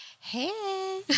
Hey